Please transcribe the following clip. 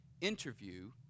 interview